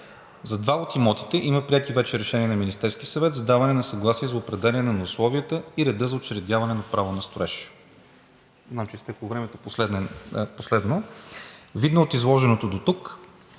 За два от имотите има приети вече решения на Министерския съвет за даване на съгласие за определяне на условията и реда за учредяване на право на строеж.